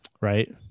right